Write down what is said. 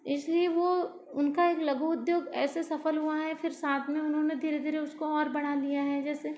इसलिए वो उनका एक लघु उद्योग ऐसे सफल हुआ है फिर साथ में उन्होंने धीरे धीरे उसको और बड़ा लिया है जैसे